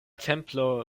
templo